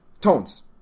Tones